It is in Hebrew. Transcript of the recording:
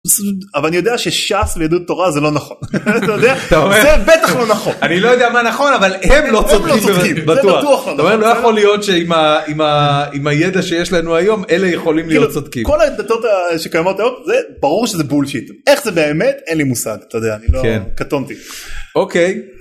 אבל אני יודע שש"ס ליהדות תורה זה לא נכון אני לא יודע מה נכון אבל הם לא צודקים בטוח לא יכול להיות שעם הידע שיש לנו היום אלה יכולים להיות צודקים כל הדתות שקיימות ברור שזה בולשיט איך זה באמת אין לי מושג אתה יודע אני לא קטונתי.